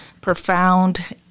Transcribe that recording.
profound